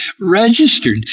registered